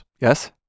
Yes